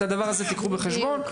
את הדבר הזה תיקחו בחשבון,